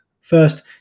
First